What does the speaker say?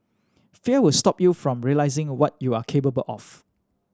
fear will stop you from realising what you are capable of